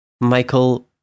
michael